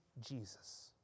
Jesus